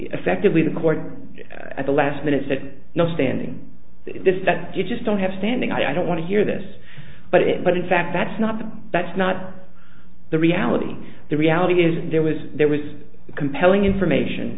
effectively the court at the last minute said no standing this that you just don't have standing i don't want to hear this but it but in fact that's not that's not the reality the reality is that there was there was compelling information